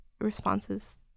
responses